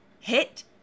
hit